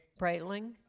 Breitling